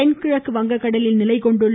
தென்கிழக்கு வங்ககடலில் நிலைகொண்டுள்ள